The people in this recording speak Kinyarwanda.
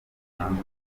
n’abandi